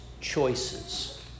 choices